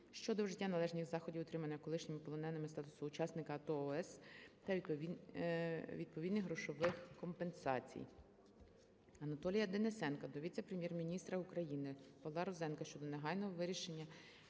щодо вжиття належних заходів отримання колишнім полоненим статусу учасника АТО/ООС та відповідних грошових компенсацій. Анатолія Денисенка до віце-прем'єр-міністра України Павла Розенка щодо негайного вирішення